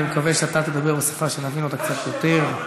אני מקווה שאתה תדבר בשפה שנבין אותה קצת יותר.